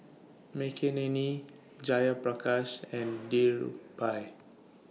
Makineni Jayaprakash and Dhirubhai